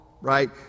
right